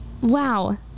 wow